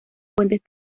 fuentes